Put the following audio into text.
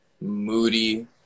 moody